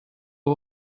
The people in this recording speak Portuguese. vou